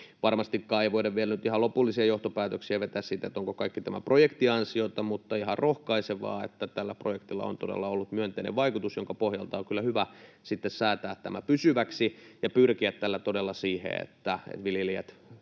Varmastikaan ei voida vielä nyt ihan lopullisia johtopäätöksiä vetää siitä, onko kaikki tämän projektin ansiota, mutta on ihan rohkaisevaa, että tällä projektilla on todella ollut myönteinen vaikutus, jonka pohjalta on kyllä hyvä sitten säätää tämä pysyväksi ja pyrkiä tällä todella siihen, että viljelijät